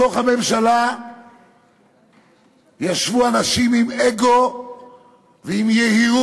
בתוך הממשלה ישבו אנשים עם אגו ועם יהירות.